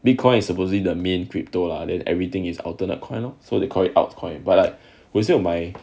bitcoin is opposite the main crypto lah then everything is alternate coin lor so they call it alt coin but I 是有买